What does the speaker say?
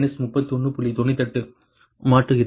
98 ஐ மாற்றுகிறீர்கள்